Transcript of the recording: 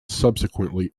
subsequently